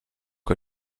que